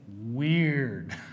weird